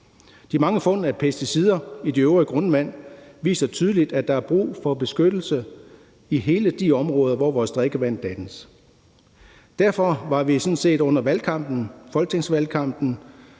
De mange fund af pesticider i det øvrige grundvand viser tydeligt, at der er brug for beskyttelse i alle de områder, hvor vores drikkevand dannes. Derfor foreslog vi sammen